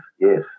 yes